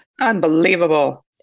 Unbelievable